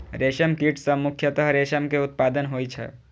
रेशम कीट सं मुख्यतः रेशम के उत्पादन होइ छै